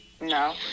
No